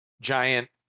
giant